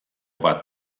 bat